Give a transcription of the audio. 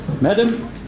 Madam